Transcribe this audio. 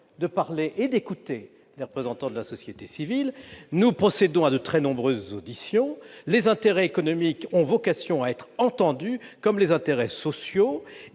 de parler et d'écouter les représentants de la société civile. Bien sûr ! Nous procédons à de très nombreuses auditions. Les intérêts économiques ont vocation à être entendus, comme les intérêts sociaux.